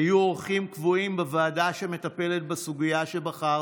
היו אורחים קבועים בוועדה שמטפלת בסוגיה שבחרתם,